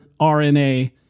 RNA